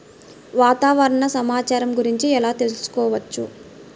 వాతావరణ సమాచారం గురించి ఎలా తెలుసుకోవచ్చు?